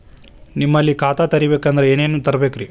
ನಿಮ್ಮಲ್ಲಿ ಖಾತಾ ತೆಗಿಬೇಕಂದ್ರ ಏನೇನ ತರಬೇಕ್ರಿ?